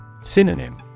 Synonym